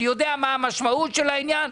אני יודע מה המשמעות של העניין,